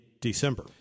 December